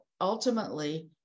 ultimately